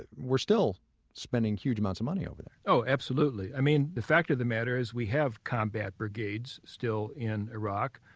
and we're still spending huge amounts of money over there oh absolutely. i mean, the fact of the matter is we have combat brigades still in iraq,